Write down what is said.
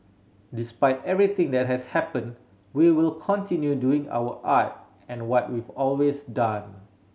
despite everything that has happened we will continue doing our art and what we've always done